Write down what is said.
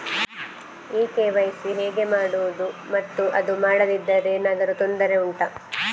ಈ ಕೆ.ವೈ.ಸಿ ಹೇಗೆ ಮಾಡುವುದು ಮತ್ತು ಅದು ಮಾಡದಿದ್ದರೆ ಏನಾದರೂ ತೊಂದರೆ ಉಂಟಾ